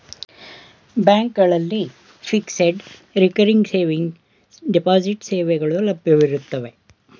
ಬ್ಯಾಂಕ್ಗಳಲ್ಲಿ fixed, recurring saving, deposit ಸೇವೆಗಳು ಲಭ್ಯವಿರುತ್ತವೆ